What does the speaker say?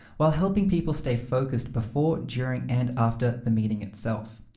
while helping people stay focused before, during, and after the meeting itself.